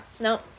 no